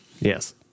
Yes